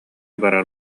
барар